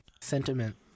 sentiment